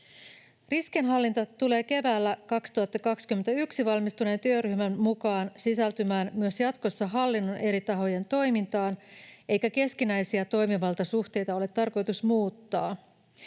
Riskienhallinta tulee keväällä 2021 valmistuneen työryhmän mukaan sisältymään myös jatkossa hallinnon eri tahojen toimintaan, eikä keskinäisiä toimivaltasuhteita ole tarkoitus muuttaa.